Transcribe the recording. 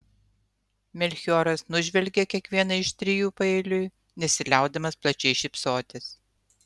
melchioras nužvelgė kiekvieną iš trijų paeiliui nesiliaudamas plačiai šypsotis